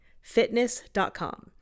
fitness.com